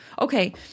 Okay